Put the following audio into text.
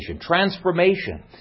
transformation